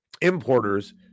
importers